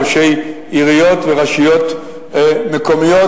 ראשי עיריות ורשויות מקומיות,